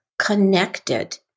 connected